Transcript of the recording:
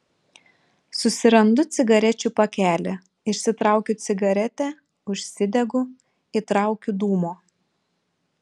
susirandu cigarečių pakelį išsitraukiu cigaretę užsidegu įtraukiu dūmo